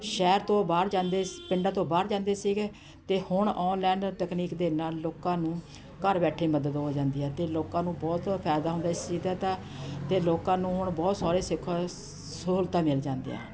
ਸ਼ਹਿਰ ਤੋਂ ਬਾਹਰ ਜਾਂਦੇ ਪਿੰਡਾਂ ਤੋਂ ਬਾਹਰ ਜਾਂਦੇ ਸੀਗੇ ਅਤੇ ਹੁਣ ਔਨਲਾਈਨ ਟੈਕਨੀਕ ਦੇ ਨਾਲ ਲੋਕਾਂ ਨੂੰ ਘਰ ਬੈਠੇ ਮਦਦ ਹੋ ਜਾਂਦੀ ਹੈ ਅਤੇ ਲੋਕਾਂ ਨੂੰ ਬਹੁਤ ਫਾਇਦਾ ਹੁੰਦਾ ਇਸ ਚੀਜ਼ ਦਾ ਤਾਂ ਅਤੇ ਲੋਕਾਂ ਨੂੰ ਹੁਣ ਬਹੁਤ ਸਾਰੇ ਸਿੱਖ ਸਹੂਲਤਾਂ ਮਿਲ ਜਾਂਦੀਆਂ ਹਨ